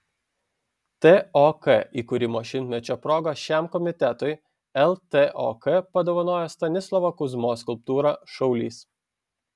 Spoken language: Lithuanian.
tok įkūrimo šimtmečio proga šiam komitetui ltok padovanojo stanislovo kuzmos skulptūrą šaulys